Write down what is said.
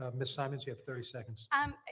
ah miss simonds you have thirty seconds. and ah